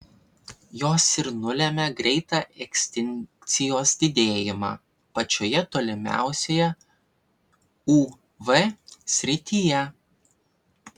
jos ir nulemia greitą ekstinkcijos didėjimą pačioje tolimiausioje uv srityje